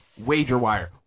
WagerWire